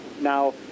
Now